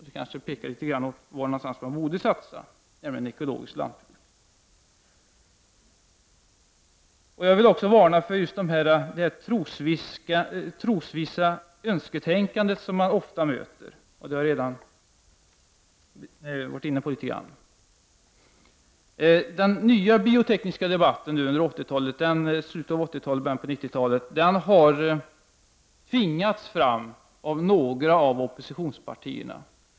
Det kanske visar litet vad man borde satsa på, nämligen ekologiskt lantbruk. Jag vill alltså varna för det trosvissa önsketänkande som vi ofta möter och som jag redan har varit inne på litet grand. Den nya biotekniska debatten under 80-talet och början av 90-talet har tvingats fram av några av oppositionspartierna.